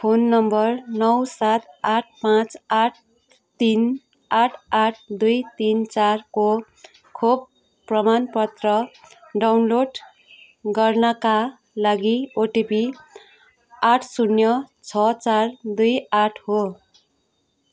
phone number नौ सात आठ पाँच आठ तिन आठ आठ दुई तिन चारको खोप प्रमाणपत्र डाउनलोड गर्नाका लागि ओटिपी आठ शून्य चार दुई आठ हो